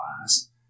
class